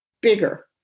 bigger